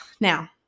Now